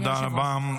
תודה רבה.